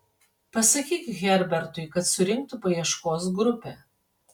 pasakyk herbertui kad surinktų paieškos grupę